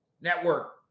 network